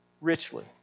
richly